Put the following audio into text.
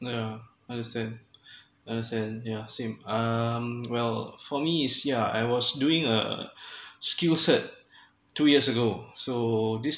yeah understand understand yeah same um well for me it's yeah I was doing uh skill set two years ago so